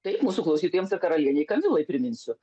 taip mūsų klausytojams ir karalienei kamilai priminsiu